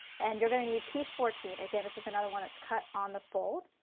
and you are going to need piece fourteen, again this is another one that's cut on the fold.